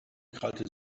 krallte